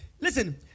Listen